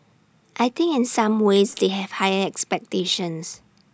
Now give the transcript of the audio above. I think in some ways they have higher expectations